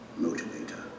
motivator